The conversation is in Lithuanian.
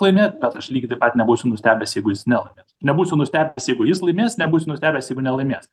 laimėt bet aš lygiai taip pat nebūsiu nustebęs jeigu jis nelaimės nebūsiu nustebęs jeigu jis laimės nebus nustebęs jeigu nelaimės